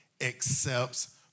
accepts